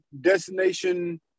destination